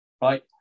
right